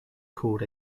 called